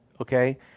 okay